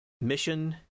mission